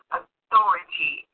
authority